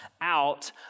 out